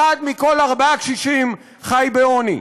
אחד מכל ארבעה קשישים חי בעוני.